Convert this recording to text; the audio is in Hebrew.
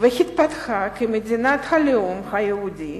והתפתחה כמדינת הלאום היהודי